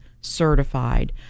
certified